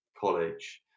college